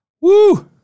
Woo